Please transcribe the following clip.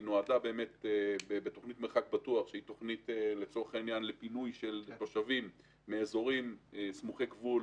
תוכנית מרחק בטוח היא תוכנית לפינוי תושבים מאזורים סמוכי גבול